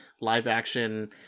live-action